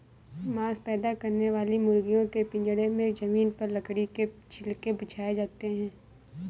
मांस पैदा करने वाली मुर्गियों के पिजड़े में जमीन पर लकड़ी के छिलके बिछाए जाते है